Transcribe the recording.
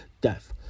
death